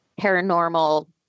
paranormal